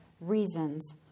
reasons